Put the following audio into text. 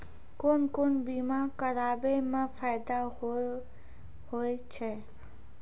कोन कोन बीमा कराबै मे फायदा होय होय छै?